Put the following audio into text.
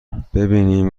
ببینیم